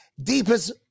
deepest